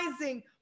rising